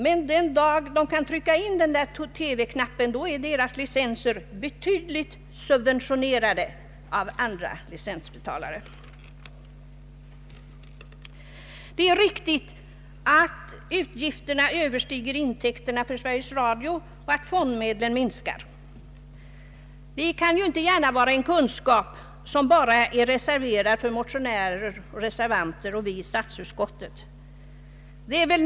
Men den dag då man kan se detta program är licenserna betydligt subventionerade av andra licensbetalare. Det är riktigt att utgifterna överstiger intäkterna för Sveriges Radio och att fondmedlen minskar. Detta kan ju inte vara en kunskap som är förbehållen reservanter, motionärer och oss i statsutskottet.